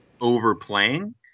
overplaying